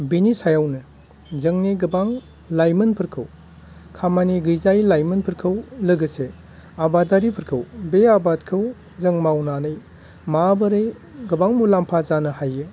बिनि सायावनो जोंनि गोबां लाइमोनफोरखौ खामानि गैजायै लाइमोनफोरखौ लोगोसे आबादारिफोरखौ बे आबादखौ जों मावनानै माबोरै गोबां मुलामफा जानो हायो